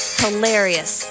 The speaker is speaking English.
hilarious